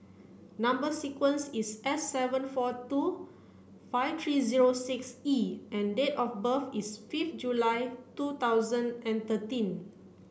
number sequence is S seven four two five three zero six E and date of birth is fifth July two thousand and thirteen